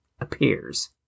appears